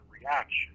reaction